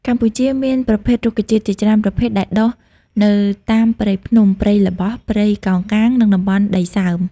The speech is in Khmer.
កម្ពុជាមានប្រភេទរុក្ខជាតិជាច្រើនប្រភេទដែលដុះនៅតាមព្រៃភ្នំ ព្រៃល្បោះ ព្រៃកោងកាង និងតំបន់ដីសើម។